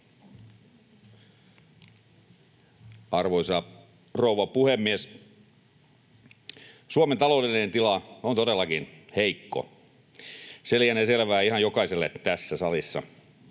Arvoisa rouva puhemies! Suomen taloudellinen tila on todellakin heikko. Se lienee selvää ihan jokaiselle tässä salissa.